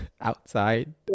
outside